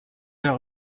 der